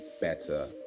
better